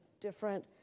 different